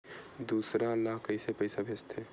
दूसरा ला कइसे पईसा भेजथे?